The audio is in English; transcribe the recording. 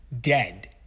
dead